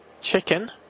chicken